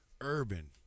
urban